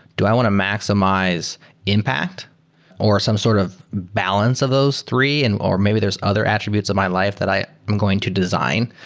do i want to maximize impact or some sort of balance of those three and or maybe there's other attributes of my life that i am going to design?